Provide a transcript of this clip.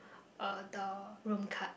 uh the room card